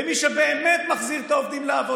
ותעניק את המענק למי שבאמת מחזיר את העובדים לעבודה,